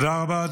תודה רבה.